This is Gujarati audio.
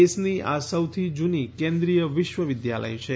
દેશની આ સૌથી જૂની કેન્દ્રીય વિશ્વવિદ્યાલય છે